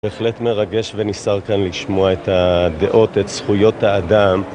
בהחלט מרגש ונסער כאן לשמוע את הדעות, את זכויות האדם